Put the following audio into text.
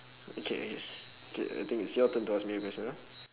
okay K I think it's your turn to ask me a question ah